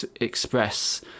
express